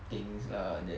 things lah that